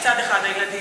יש צד אחד, הילדים.